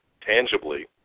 tangibly